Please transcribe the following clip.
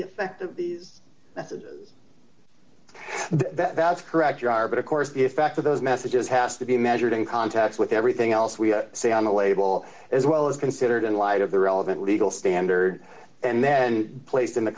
effect of these that is correct you are but of course the effect of those messages has to be measured in contacts with everything else we see on the label as well as considered in light of the relevant legal standard and then placed in the